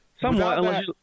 Somewhat